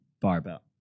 barbell